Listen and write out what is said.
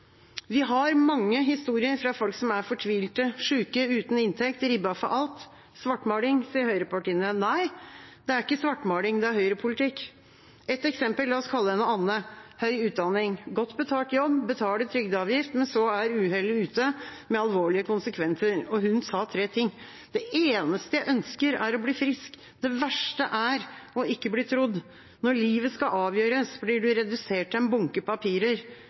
Vi har mange historier fra folk som er fortvilte, syke, uten inntekt, ribbet for alt. Svartmaling, sier høyrepartiene. Nei, det er ikke svartmaling, det er høyrepolitikk. Ett eksempel, la oss kalle henne Anne: Hun har høy utdanning, godt betalt jobb, betaler trygdeavgift, men så er uhellet ute, med alvorlige konsekvenser. Hun sa tre ting: Det eneste jeg ønsker, er å bli frisk! Det verste er å ikke bli trodd. Når livet skal avgjøres, blir en redusert til en bunke papirer.